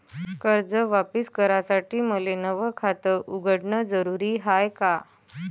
कर्ज वापिस करासाठी मले नव खात उघडन जरुरी हाय का?